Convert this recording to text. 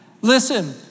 Listen